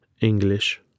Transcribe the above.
english